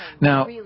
Now